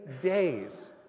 days